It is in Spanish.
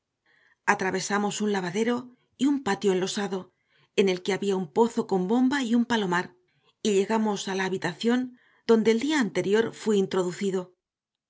atravesamos un lavadero y un patio enlosado en el que había un pozo con bomba y un palomar y llegamos a la habitación donde el día anterior fui introducido